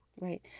Right